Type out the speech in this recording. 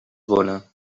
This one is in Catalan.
bona